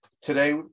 Today